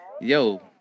Yo